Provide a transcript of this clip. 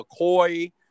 McCoy